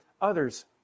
others